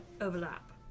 overlap